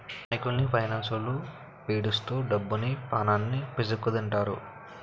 అమాయకుల్ని ఫైనాన్స్లొల్లు పీడిత్తు డబ్బుని, పానాన్ని పీక్కుతింటారు